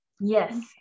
Yes